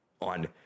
on